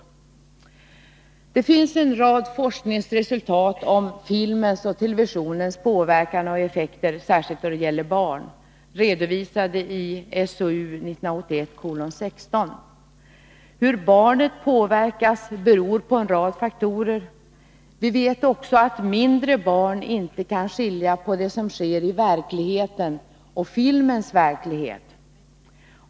Det finns en rad forskningsresultat om filmens och televisionens påverkan och effekter, särskilt då det gäller barn — redovisade i SOU 1981:16. Hur barnet påverkas beror på en rad faktorer. Vi vet också att mindre barn inte kan skilja på det som sker i verkligheten och filmens ”verklighet”.